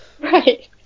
Right